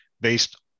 based